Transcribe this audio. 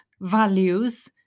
values